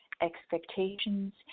expectations